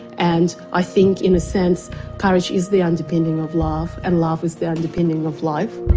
and i think in a sense courage is the underpinning of love, and love is the underpinning of life.